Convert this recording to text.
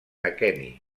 aqueni